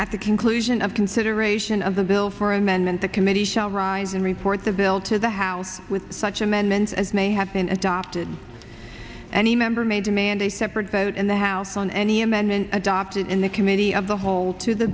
one at the conclusion of consideration of the bill for amendment the committee shall rise and report the bill to the house with such amendments as may have been adopted any member may demand a separate vote in the house on any amendment adopted in the committee of the whole to the